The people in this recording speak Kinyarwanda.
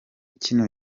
kino